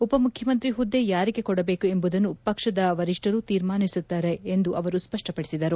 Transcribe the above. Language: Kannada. ಉಪ ಮುಖ್ಯಮಂತ್ರಿ ಹುದ್ದೆ ಯಾರಿಗೆ ಕೊಡಬೇಕು ಎಂಬುದನ್ನು ಪಕ್ಷದ ವರಿಷ್ಠರು ತೀರ್ಮಾನಿಸುತ್ತದೆ ಎಂದು ಅವರು ಸ್ಪಷ್ಟಪಡಿಸಿದರು